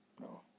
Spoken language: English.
No